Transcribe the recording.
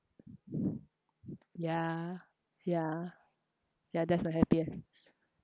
yeah yeah yeah that's the happiest